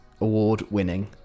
award-winning